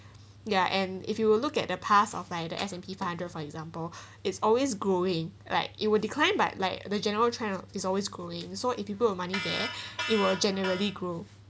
ya and if you will look at the past of like the S_&_P five hundred for example it's always growing like it would decline but like the general trend is always going so if people with money there it will generally growth